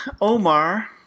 Omar